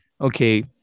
Okay